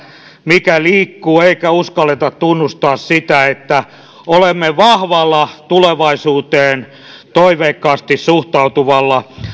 mikä liikkuu eikä uskalleta tunnustaa sitä että olemme vahvalla tulevaisuuteen toiveikkaasti suhtautuvalla